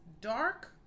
Dark